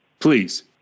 Please